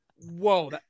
Whoa